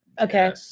Okay